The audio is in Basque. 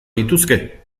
lituzke